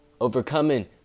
overcoming